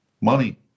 Money